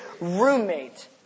roommate